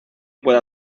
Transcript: pueda